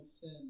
sin